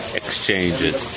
exchanges